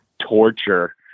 torture